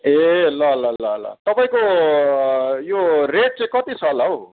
ए ल ल ल ल तपाईँको यो रेट चाहिँ कति छ होला हौ